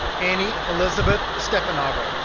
annie elizabeth stephanago,